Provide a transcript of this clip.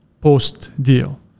post-deal